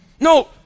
No